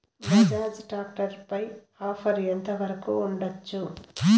Bajaj tractor పై offer ఎంత వరకు ఉండచ్చు?